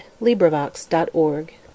LibriVox.org